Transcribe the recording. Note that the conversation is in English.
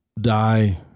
die